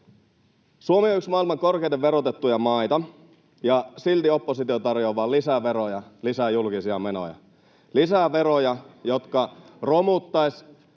Suomi on yksi maailman korkeimmin verotettuja maita, ja silti oppositio tarjoaa vain lisää veroja, lisää julkisia menoja. Lisää veroja, jotka romuttaisivat